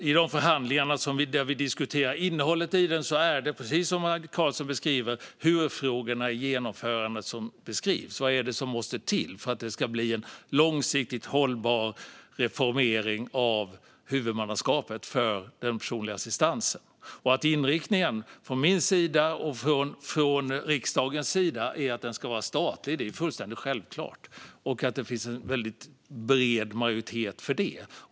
I de förhandlingar där vi diskuterar innehållet är det, precis som Maj Karlsson beskriver det, hur-frågorna i genomförandet som behandlas: Vad är det som måste till för att det ska bli en långsiktigt hållbar reformering av huvudmannaskapet för den personliga assistansen? Att inriktningen från min och från riksdagens sida är att den ska vara statlig är fullständigt självklart. Det finns en väldigt bred majoritet för det.